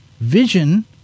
Vision